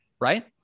right